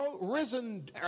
risen